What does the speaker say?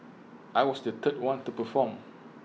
I was the third one to perform